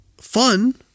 fun